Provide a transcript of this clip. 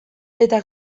eta